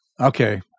Okay